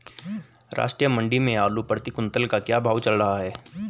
राष्ट्रीय मंडी में आलू प्रति कुन्तल का क्या भाव चल रहा है?